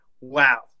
Wow